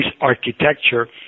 architecture